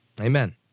Amen